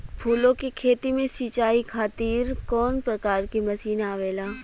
फूलो के खेती में सीचाई खातीर कवन प्रकार के मशीन आवेला?